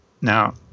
Now